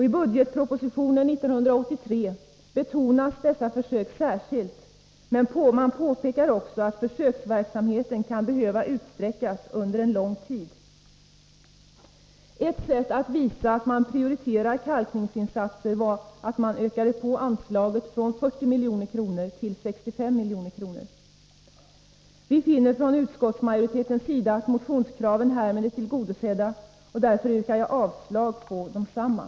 I budgetpropositionen 1983 betonas dessa försök särskilt, men man påpekar också att försöksverksamheten kan behöva utsträckas under lång tid. Ett sätt att visa att man prioriterar kalkningsinsatser var att man ökade anslaget från 40 milj.kr. till 65 milj.kr. Vi finner från utskottsmajoritetens sida att motionskraven härmed är tillgodosedda, och därför yrkar jag avslag på desamma.